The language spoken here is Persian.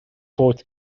فوت